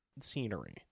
scenery